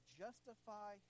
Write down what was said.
justify